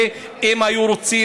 ואם היו רוצים,